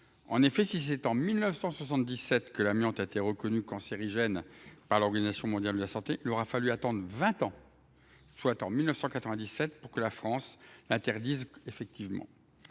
En effet, si c’est en 1977 que l’amiante a été reconnu cancérigène par l’Organisation mondiale de la santé, il aura fallu attendre vingt ans, soit 1997, pour que la France l’interdise effectivement.